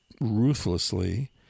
ruthlessly